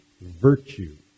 virtue